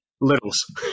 Littles